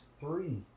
three